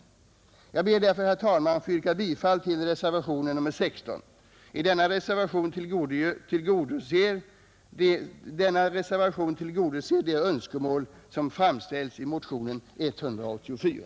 Jag ber därför, herr talman, att få yrka bifall till reservationen 16. Denna reservation tillgodoser de önskemål som framställts i motionen 184.